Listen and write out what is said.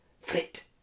flit